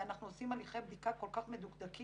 ואנחנו עושים הליכי בדיקה כל כך מדוקדקים.